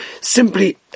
simply